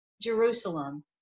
Jerusalem